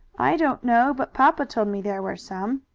i don't know, but papa told me there were some.